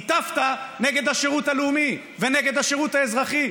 הטפת נגד השירות הלאומי ונגד השירות האזרחי,